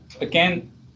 Again